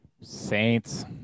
Saints